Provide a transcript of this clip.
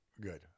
good